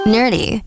Nerdy